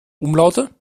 umlaute